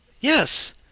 Yes